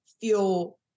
feel